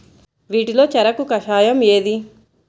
వీటిలో చెరకు కషాయం ఏది?